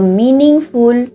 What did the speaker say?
meaningful